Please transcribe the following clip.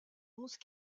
onze